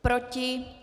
Proti?